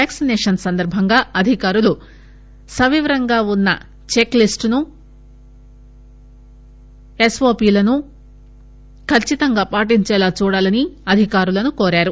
vaccination సందర్భంగా అధికారులు సవివరంగా ఉన్న చెక్లిస్ట్ను ఎస్ ఓ పీ లను ఖచ్చితంగా పాటించేలా చూడాలని అధికారుల్ని కోరారు